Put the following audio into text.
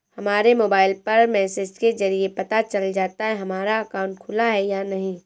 हमारे मोबाइल पर मैसेज के जरिये पता चल जाता है हमारा अकाउंट खुला है या नहीं